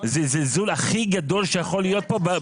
זה זלזול הכי גדול שיכול להיות פה בפאנל ובוועדה הזאת.